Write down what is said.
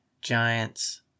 Giants